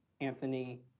anthony